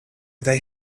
they